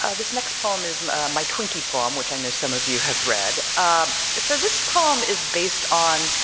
ah this next poem is my twinkie poem, which i know some of you have read, um so this poem is based on,